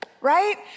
right